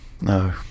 No